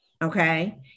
Okay